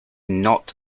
not